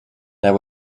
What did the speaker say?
there